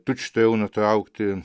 tučtuojau nutraukti